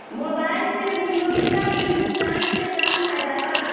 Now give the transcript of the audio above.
Mobile से उपयोगिता bill भुगतान से का फायदा बा?